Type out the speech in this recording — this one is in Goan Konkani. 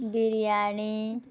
बिर्याणी